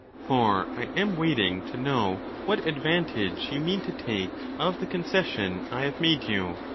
for i am waiting to know what advantage you mean to take of the concession i have made you.